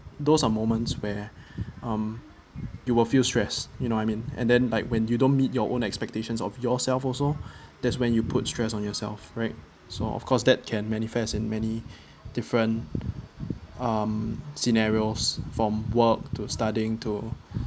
those are moments where um you will feel stressed you know I mean and then like when you don't meet your own expectations of yourself also there's when you put stress on yourself right so of course that can manifest in many different um scenarios from work to studying to